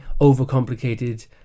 Overcomplicated